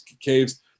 caves